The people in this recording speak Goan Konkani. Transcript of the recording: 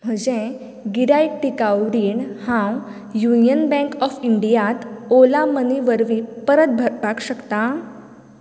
म्हजें गिरायक टिकाऊ रीण हांव युनियन बँक ऑफ इंडियात ओला मनी वरवीं परत भरपाक शकता